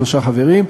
שלושה חברים,